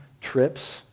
trips